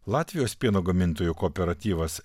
latvijos pieno gamintojų kooperatyvas